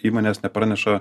įmonės nepraneša